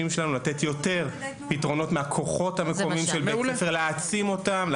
לתת יותר יתרונות מהכוחות המקומיים של בית ספר ולהעצים אותם.